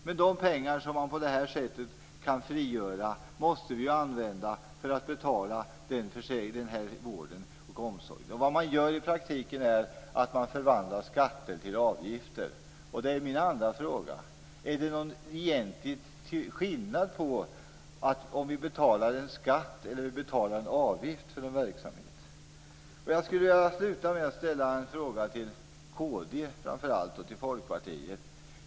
Men de pengar som man på detta sätt kan frigöra måste ju användas för att betala denna vård och omsorg. Vad man i praktiken gör är att förvandla skatter till avgifter. Min andra fråga är: Är det någon egentlig skillnad mellan att betala en skatt och att betala en avgift för en verksamhet? Jag skulle vilja sluta med att ställa en fråga till framför allt Kristdemokraterna och Folkpartiet.